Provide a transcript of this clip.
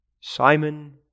Simon